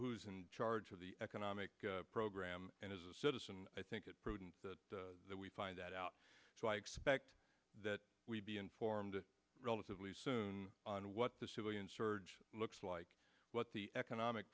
who's in charge of the economic program and as a citizen i think it's prudent that that we find that out so i expect that we'll be informed relatively soon on what the civilian surge looks like what the economic